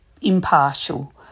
impartial